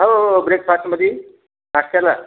हो हो हो ब्रेकफास्टमध्ये नाश्त्याला